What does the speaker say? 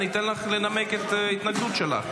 אני אתן לך לנמק את ההתנגדות שלך.